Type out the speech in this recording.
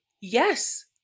Yes